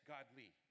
Godly